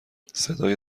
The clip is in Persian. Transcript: صدای